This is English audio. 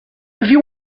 you